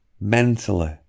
mentally